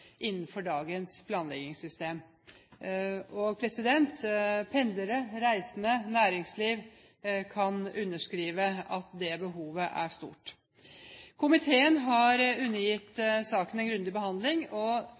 innenfor dagens planleggingssystem. Pendlere, reisende og næringsliv kan underskrive på at det behovet er stort. Komiteen har undergitt saken en grundig behandling.